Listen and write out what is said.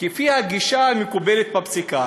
"כפי הגישה המקובלת בפסיקה".